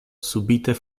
subite